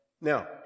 Now